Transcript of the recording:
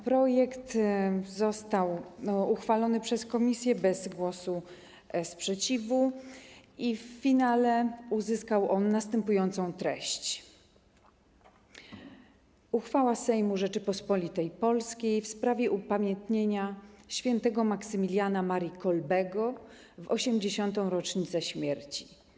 Projekt został uchwalony przez komisję bez głosu sprzeciwu i w finale uzyskał on następującą treść: „Uchwała Sejmu Rzeczypospolitej Polskiej w sprawie upamiętnienia świętego Maksymiliana Marii Kolbego w 80. rocznicę śmierci.